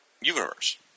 universe